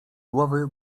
głowy